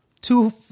two